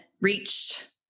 reached